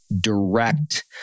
direct